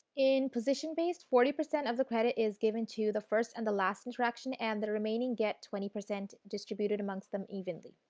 in position based forty percent of the credit is given to the first and the last interaction and the remaining get twenty percent distributed amongst them evenly.